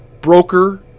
broker